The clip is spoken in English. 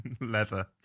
leather